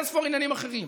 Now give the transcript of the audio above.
באין-ספור עניינים אחרים,